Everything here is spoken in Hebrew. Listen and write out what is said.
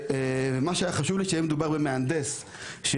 מה שהיה חשוב לי זה שיהיה מדובר במהנדס רשוי,